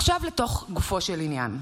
עכשיו לתוך גופו של עניין.